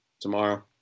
tomorrow